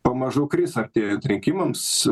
pamažu kris artėjant rinkimams